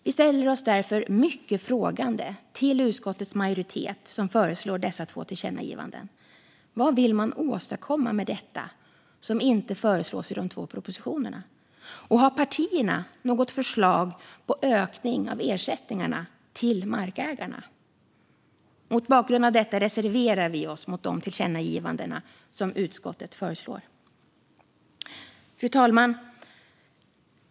Vi ställer oss därför mycket frågande till utskottets majoritet, som föreslår dessa två tillkännagivanden. Vad vill man åstadkomma med detta som inte föreslås i de två propositionerna? Och har partierna något förslag om ökning av ersättningarna till markägarna? Mot bakgrund av detta reserverar vi oss mot de tillkännagivanden som utskottet föreslår. Fru talman!